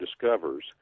discovers